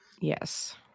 yes